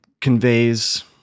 conveys